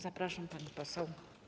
Zapraszam, pani poseł.